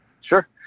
Sure